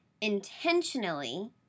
intentionally